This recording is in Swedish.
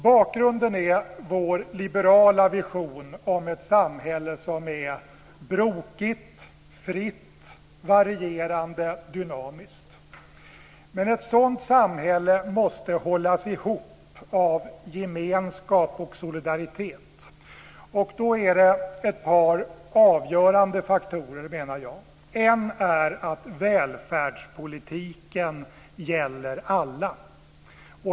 Bakgrunden är vår liberala vision om ett samhälle som är brokigt, fritt, varierande och dynamiskt. Ett sådant samhälle måste hållas ihop av gemenskap och solidaritet. Då finns det ett par avgörande faktorer. En är att välfärdspolitiken gäller alla.